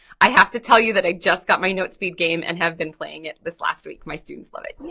i have to tell you that i just got my note speed game and have been playing it this last week, my students love it, yay!